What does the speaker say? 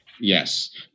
Yes